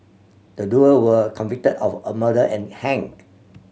the duo were convicted of murder and hanged